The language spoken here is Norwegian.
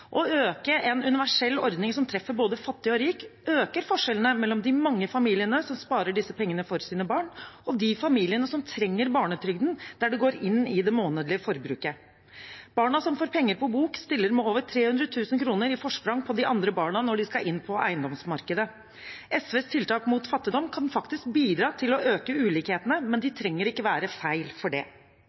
Å øke en universell ordning som treffer både fattig og rik, øker forskjellene mellom de mange familiene som sparer disse pengene for sine barn, og de familiene som trenger barnetrygden, der den går inn i det månedlige forbruket. Barna som får penger på bok, stiller med over 300 000 kr i forsprang på de andre barna når de skal inn på eiendomsmarkedet. SVs tiltak mot fattigdom kan faktisk bidra til å øke ulikhetene, men de trenger ikke være feil for det.